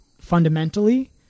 fundamentally